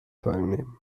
teilnehmen